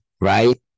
right